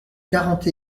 quarante